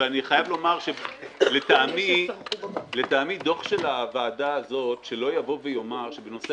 אבל אני חייב לומר שלטעמי דוח של הוועדה הזאת שלא יאמר שבנושא